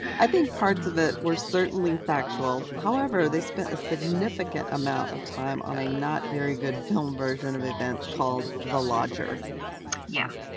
i think parts of it were certainly factual. however, they spent a significant amount of time on a not very good film version of events called the lodger. dana yeah,